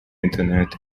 internet